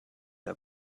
der